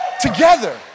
together